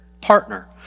partner